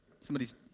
Somebody's